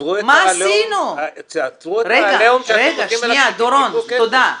תעצרו את העליהום ש --- רגע, דורון, תודה.